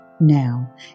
Now